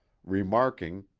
remarking,